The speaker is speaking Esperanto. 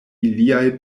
iliaj